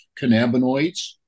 cannabinoids